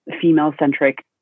female-centric